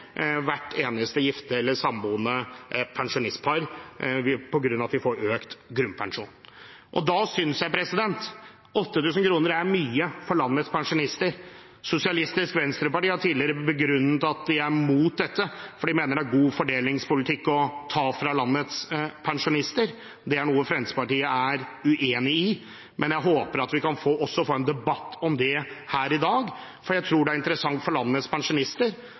Hvert eneste gifte eller samboende pensjonistpar vil nå få 8 000 kr mer på grunn av at de får økt grunnpensjon. Jeg synes 8 000 kr er mye for landets pensjonister. Sosialistisk Venstreparti har tidligere begrunnet at de er mot dette, for de mener det er god fordelingspolitikk å ta fra landets pensjonister. Det er noe Fremskrittspartiet er uenig i, men jeg håper vi også kan få en debatt om det her i dag, for jeg tror det er interessant for landets pensjonister